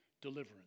deliverance